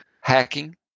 hacking